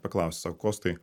paklausė sako kostai